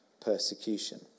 persecution